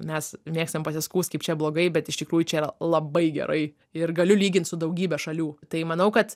mes mėgstam pasiskųst kaip čia blogai bet iš tikrųjų čia yra labai gerai ir galiu lygint su daugybe šalių tai manau kad